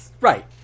right